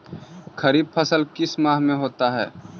खरिफ फसल किस माह में होता है?